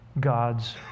God's